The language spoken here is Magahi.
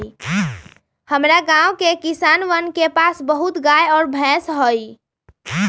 हमरा गाँव के किसानवन के पास बहुत गाय और भैंस हई